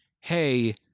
Hey